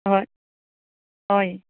होय होय